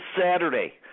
Saturday